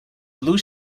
blue